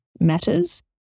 matters